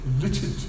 littered